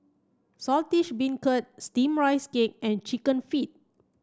Saltish Beancurd steamed rice cake and chicken feet